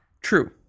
True